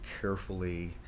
carefully